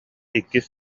иккис